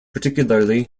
particularly